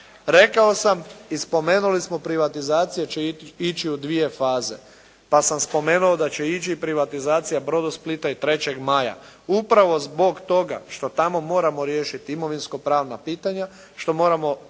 Rekao sam i spomenuli smo privatizacija će ići u dvije faze. Pa sam spomenuo da će ići privatizacija Brodosplita i Trećeg Maja, upravo zbog toga što tamo moramo riješiti imovinsko pravna pitanja, što moramo definirati